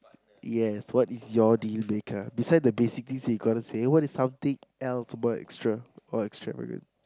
yes what is your denominator beside the basically say you gonna say what is the something more extra or extra with you